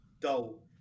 Dull